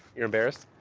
you're embarrassed.